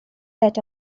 that